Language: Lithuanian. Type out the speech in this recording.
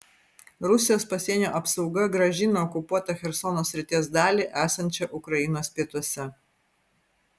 rusijos pasienio apsauga grąžino okupuotą chersono srities dalį esančią ukrainos pietuose